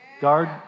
guard